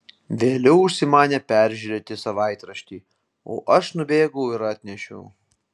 vėliau užsimanė peržiūrėti savaitraštį o aš nubėgau ir atnešiau